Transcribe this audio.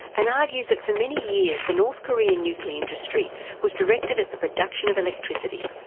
and argues that for many years the north korean nuclear industry was directed at the production of electricity.